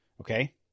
Okay